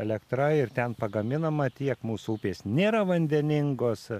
elektra ir ten pagaminama tiek mūsų upės nėra vandeningos